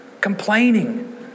complaining